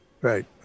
Right